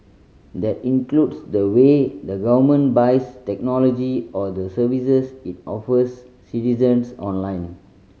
that includes the way the government buys technology or the services it offers citizens online